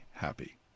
happy